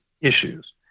issues